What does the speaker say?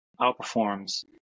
outperforms